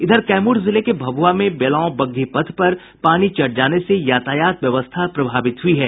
इधर कैमूर जिले के भभुआ में बेलांव बग्घी पथ पर पानी चढ़ जाने से यातायात व्यवस्था प्रभावित हुई है